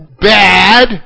bad